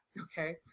okay